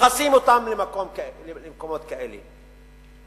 ודוחסים אותם למקומות כאלה.